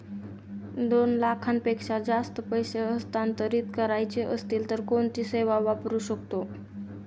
दोन लाखांपेक्षा जास्त पैसे हस्तांतरित करायचे असतील तर कोणती सेवा वापरू शकतो?